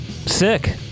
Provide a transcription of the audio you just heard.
Sick